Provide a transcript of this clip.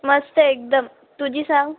मस्त एकदम तुझी सांग